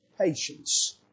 patience